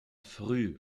früh